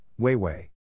Weiwei